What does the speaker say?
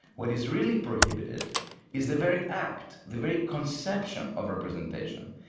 what is really prohibited is the very act, the very conception of representation,